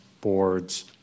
board's